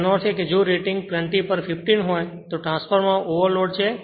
તેનો અર્થ એ કે જો રેટિંગ 20 પર 15 હોય તો ટ્રાન્સફોર્મર ઓવરલોડ છે